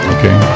Okay